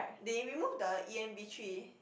they remove the E_M_B three